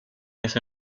ese